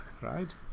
right